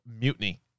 mutiny